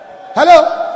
hello